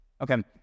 Okay